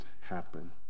happen